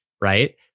Right